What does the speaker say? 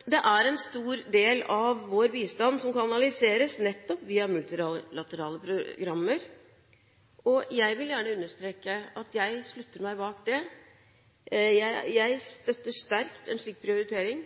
jeg vil gjerne understreke at jeg slutter meg til det. Jeg støtter sterkt en slik prioritering.